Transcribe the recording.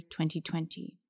2020